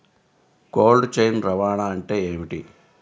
Cold chain రవాణా అంటే ఏమిటీ?